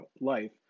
life